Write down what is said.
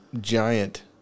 giant